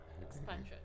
Expansion